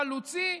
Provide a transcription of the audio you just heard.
חלוצי,